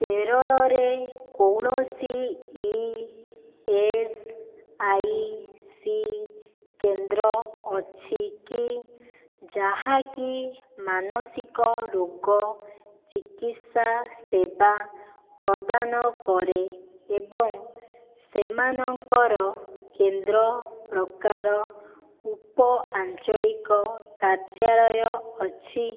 କେରଳରେ କୌଣସି E S I C କେନ୍ଦ୍ର ଅଛି କି ଯାହାକି ମାନସିକ ରୋଗ ଚିକିତ୍ସା ସେବା ପ୍ରଦାନ କରେ ଏବଂ ସେମାନଙ୍କର କେନ୍ଦ୍ର ପ୍ରକାର ଉପ ଆଞ୍ଚଳିକ କାର୍ଯ୍ୟାଳୟ ଅଛି